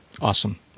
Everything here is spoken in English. Awesome